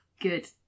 Good